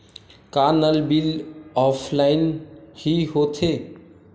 का नल bill offline हि होथे?